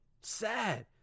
Sad